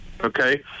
Okay